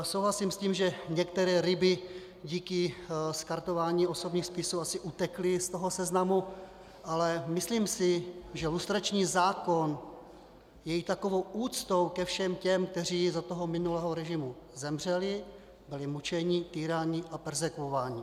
Souhlasím s tím, že některé ryby díky skartování osobních spisů asi utekly z toho seznamu, ale myslím si, že lustrační zákon je i takovou úctou ke všem těm, kteří za minulého režimu zemřeli, byli mučeni, týráni a perzekvováni.